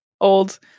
old